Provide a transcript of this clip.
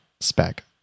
spec